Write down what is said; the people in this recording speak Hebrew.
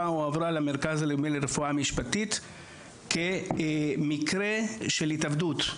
הועברה למרכז הלאומי לרפואה משפטית כמקרה של התאבדות.